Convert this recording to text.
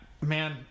man